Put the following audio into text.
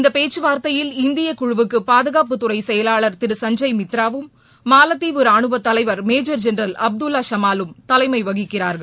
இந்தப் பேச்சுவார்த்தையில் இந்தியக் குழுவுக்கு பாதுகாப்புத் துறைச் செயலாளர் திரு சுஞ்சுப் மித்ராவும் மாலத்தீவு ரானுவத் தலைவர் மேஜர் ஜென்ரல் அப்துல்லா ஷமாலும் தலைமை வகிக்கிறார்கள்